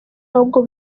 ahubwo